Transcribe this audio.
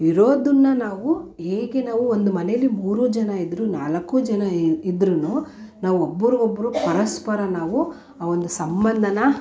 ಇರೋದನ್ನು ನಾವು ಹೇಗೆ ನಾವು ಒಂದು ಮನೆಯಲ್ಲಿ ಮೂರೂ ಜನ ಇದ್ದರೂ ನಾಲಕ್ಕೂ ಜನ ಇದ್ದರೂ ನಾವು ಒಬ್ಬರಿಗೊಬ್ರು ಪರಸ್ಪರ ನಾವು ಒಂದು ಸಂಬಂಧನ